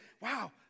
wow